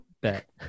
Bet